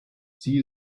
sie